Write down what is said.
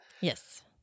Yes